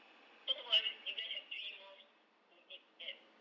first of all you guys have three malls to eat at